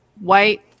white